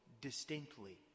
distinctly